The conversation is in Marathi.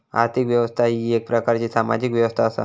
आर्थिक व्यवस्था ही येक प्रकारची सामाजिक व्यवस्था असा